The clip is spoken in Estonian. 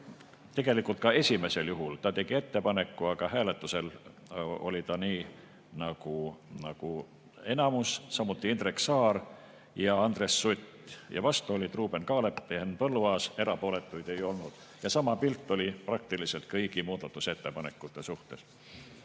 Tegelikult ka esimesel juhul ta tegi ettepaneku, aga hääletusel oli ta nii nagu enamus, samuti Indrek Saar ja Andres Sutt, vastu olid Ruuben Kaalep ja Henn Põlluaas, erapooletuid ei olnud. Ja sama pilt oli praktiliselt kõigi muudatusettepanekute suhtes.